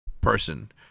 person